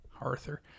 Arthur